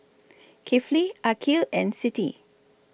Kifli Aqil and Siti